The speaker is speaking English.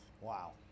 Wow